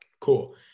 Cool